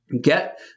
Get